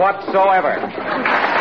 whatsoever